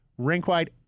Rinkwide